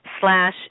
slash